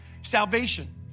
salvation